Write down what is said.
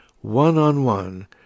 one-on-one